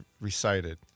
recited